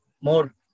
more